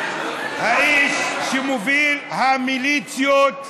האיש שמוביל את המיליציות,